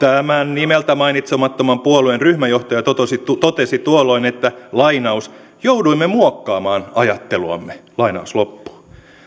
nimeltä mainitsemattoman puolueen ryhmänjohtaja totesi tuolloin että jouduimme muokkaamaan ajatteluamme